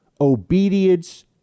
obedience